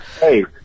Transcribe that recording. Hey